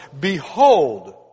behold